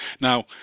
Now